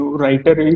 writer